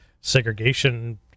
segregation